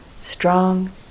strong